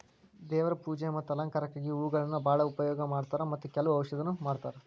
ದೇವ್ರ ಪೂಜೆ ಮತ್ತ ಅಲಂಕಾರಕ್ಕಾಗಿ ಹೂಗಳನ್ನಾ ಬಾಳ ಉಪಯೋಗ ಮಾಡತಾರ ಮತ್ತ ಕೆಲ್ವ ಔಷಧನು ಮಾಡತಾರ